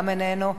גם איננו.